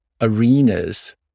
arenas